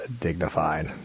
dignified